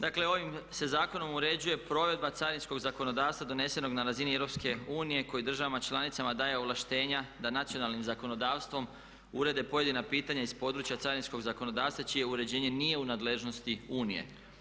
Dakle, ovim se zakonom uređuje provedba carinskog zakonodavstva donesenog na razini EU koji državama članicama daje ovlaštenja da nacionalnim zakonodavstvom urede pojedina pitanja iz područja carinskog zakonodavstva čije uređenje nije u nadležnosti Unije.